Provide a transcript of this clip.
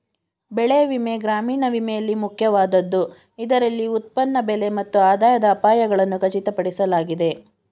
ಬೆಳೆ ವಿಮೆ ಗ್ರಾಮೀಣ ವಿಮೆಯಲ್ಲಿ ಮುಖ್ಯವಾದದ್ದು ಇದರಲ್ಲಿ ಉತ್ಪನ್ನ ಬೆಲೆ ಮತ್ತು ಆದಾಯದ ಅಪಾಯಗಳನ್ನು ಖಚಿತಪಡಿಸಲಾಗಿದೆ